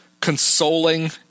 consoling